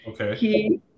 Okay